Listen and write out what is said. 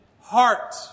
heart